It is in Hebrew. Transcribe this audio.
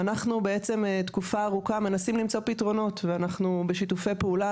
אנחנו בעצם תקופה ארוכה מנסים למצוא פתרונות ואנחנו בשיתופי פעולה,